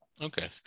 Okay